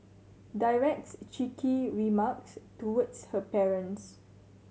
directs cheeky remarks towards her parents